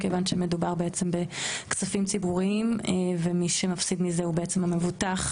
כיוון שמדובר בעצם בכספים ציבוריים ומי שמפסיד מזה הוא בעצם המבוטח,